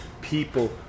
people